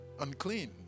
unclean